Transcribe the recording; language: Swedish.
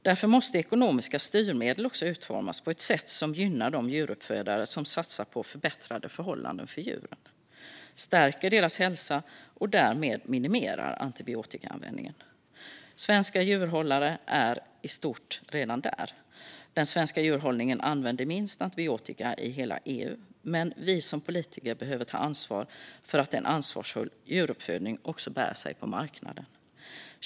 Därför måste ekonomiska styrmedel utformas på ett sätt som gynnar de djuruppfödare som satsar på förbättrade förhållanden för djuren, stärker deras hälsa och därmed minimerar antibiotikaanvändningen. Svenska djurhållare är i stort redan där - den svenska djurhållningen använder minst antibiotika i hela EU - men vi som politiker behöver ta ansvar för att en ansvarsfull djuruppfödning också bär sig på marknaden.